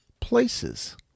places